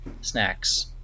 snacks